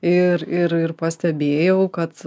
ir ir ir pastebėjau kad